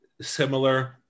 similar